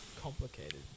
complicated